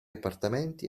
appartamenti